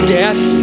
death